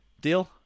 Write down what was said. Deal